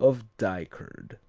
of die curd.